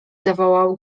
zawołał